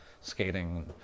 skating